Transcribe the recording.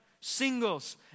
singles